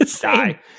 die